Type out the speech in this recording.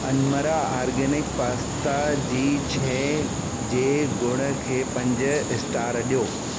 अनमरा organic pasta जी शइ जे गुण खे पंज स्टार ॾियो